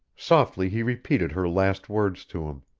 softly he repeated her last words to him